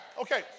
Okay